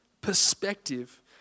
Perspective